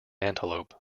antelope